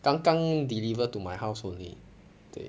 刚刚 deliver to my house only 对